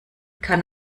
kann